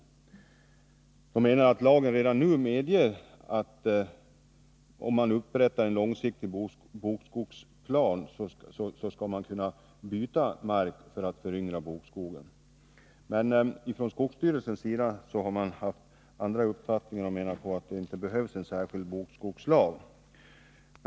Naturvårdsverket anser att lagen redan nu medger att 7n man skall kunna byta mark för att föryngra bokskogen om det upprättas en långsiktig bokskogsplan. Skogsstyrelsen har haft den uppfattningen att det inte behövs en särskild bokskogslag.